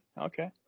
Okay